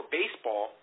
baseball